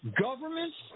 governments